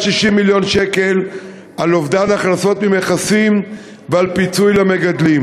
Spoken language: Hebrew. מיליון שקל על אובדן הכנסות ממכסים ועל פיצוי למגדלים.